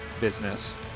business